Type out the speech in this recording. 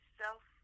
self